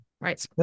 Right